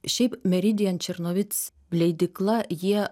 šiaip meridian černovic leidykla jie